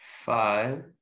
Five